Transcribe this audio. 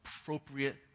appropriate